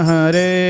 Hare